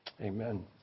Amen